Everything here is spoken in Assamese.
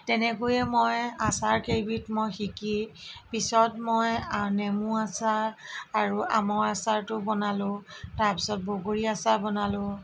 তেনেকৈয়ে মই আচাৰ কেইবিধ মই শিকি পিছত মই নেমু আচাৰ আৰু আমৰ আচাৰটো বনালোঁ তাৰপাছত বগৰী আচাৰ বনালোঁ